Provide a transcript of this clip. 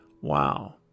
Wow